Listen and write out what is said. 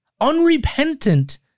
unrepentant